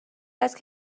است